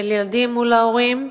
של ילדים מול ההורים,